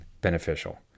beneficial